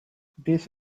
this